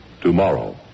Tomorrow